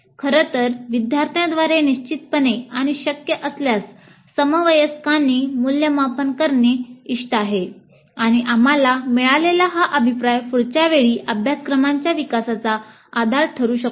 खरं तर विद्यार्थ्यांद्वारे निश्चितपणे आणि शक्य असल्यास समवयस्कांनी मूल्यमापन करणे इष्ट आहे आणि आम्हाला मिळालेला हा अभिप्राय पुढच्या वेळी अभ्यासक्रमाच्या विकासाचा आधार ठरू शकतो